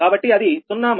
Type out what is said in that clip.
కాబట్టి అది 0− 1